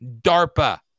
DARPA